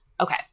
Okay